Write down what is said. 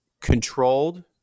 controlled